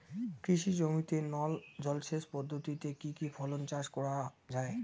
কৃষি জমিতে নল জলসেচ পদ্ধতিতে কী কী ফসল চাষ করা য়ায়?